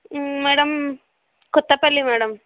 madam Kothapalli madam